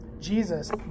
Jesus